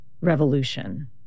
revolution